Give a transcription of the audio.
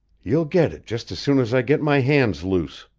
you'll get it just as soon as i get my hands loose.